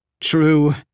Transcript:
True